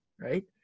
right